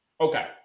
okay